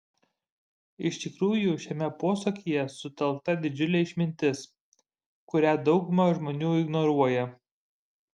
iš tikrųjų šiame posakyje sutelkta didžiulė išmintis kurią dauguma žmonių ignoruoja